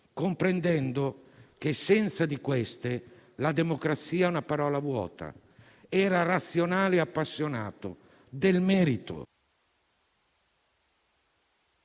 comprendendo che, senza di queste, la democrazia è una parola vuota. Era razionale e appassionato del merito,